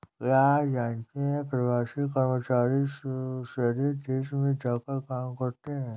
क्या आप जानते है प्रवासी कर्मचारी दूसरे देश में जाकर काम करते है?